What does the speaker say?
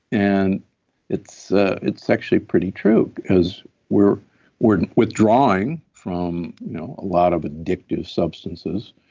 and it's ah it's actually pretty true because we're we're withdrawing from you know a lot of addictive substances,